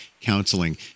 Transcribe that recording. counseling